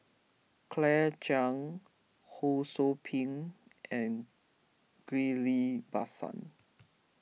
Claire Chiang Ho Sou Ping and Ghillie Bassan